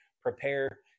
prepare